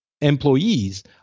employees